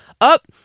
up